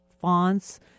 fonts